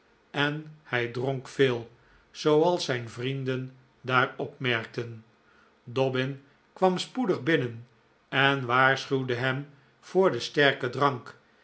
en hij dronk veel zooals zijn vrienden daar opmerkten dobbin kwam spoedig binnen en waarschuwde hem voor den sterken drank